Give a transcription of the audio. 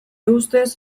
ustez